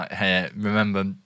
Remember